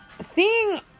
seeing